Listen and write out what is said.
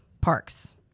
parks